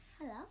hello